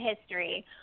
history